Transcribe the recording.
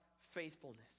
faithfulness